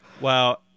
Wow